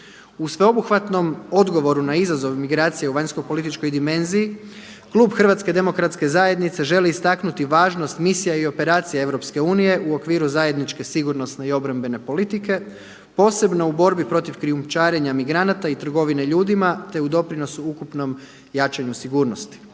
U sveobuhvatnom odgovoru na izazov migracija u vanjsko-političkoj dimenziju klub HDZ-a želi istaknuti važnost misija i operacija EU u okviru zajedničke sigurnosne i obrambene politike posebno u borbi protiv krijumčarenja migranata i trgovine ljudima te u doprinosu ukupnom jačanju sigurnosti.